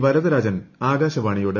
വരദരാജൻ ആകാശവാണിയോട്